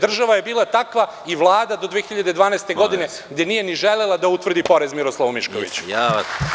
Država je bila takva i Vlada do 2012. godine gde nije ni želela da utvrdi porez Miroslavu Miškoviću.